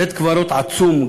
בית-קברות עצום,